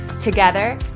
Together